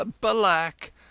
Balak